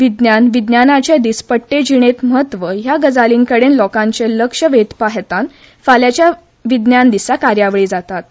विज्ञान विज्ञानाचें दीसपट्टे जिणेंत म्हत्व ह्या गजालीं कडेन लोकांचें लक्ष वेधपा हेतान फाल्यांच्या विज्ञान दिसा कार्यावळी जातात